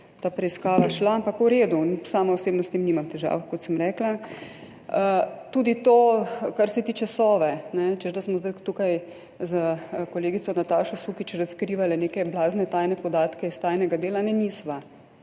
ta preiskava šla, ampak v redu. Sama osebno s tem nimam težav, kot sem rekla. Tudi to, kar se tiče Sove, češ da sva zdaj tukaj s kolegico Natašo Sukič razkrivali neke blazne tajne podatke iz tajnega dela – ne, nisva.